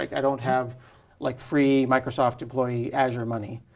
i don't have like free microsoft employee azure money.